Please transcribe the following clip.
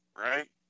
Right